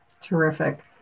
Terrific